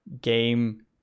game